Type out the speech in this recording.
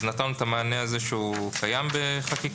נתנו את המענה הזה שהוא קיים בחקיקה.